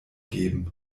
geben